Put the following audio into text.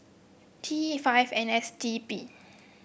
T five N S D P